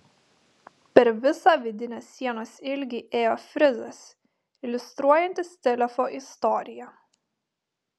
per visą vidinės sienos ilgį ėjo frizas iliustruojantis telefo istoriją